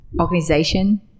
organization